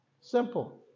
simple